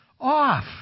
off